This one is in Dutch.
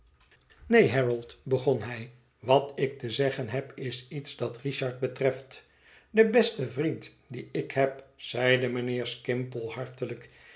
neen harold begon hij wat ik te zeggen heb is iets dat richard betreft de beste vriend dien ik heb zeide mijnheer skimpole hartelijk